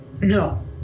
No